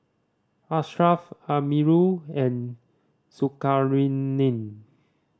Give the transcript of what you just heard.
Ashraf Amirul and Zulkarnain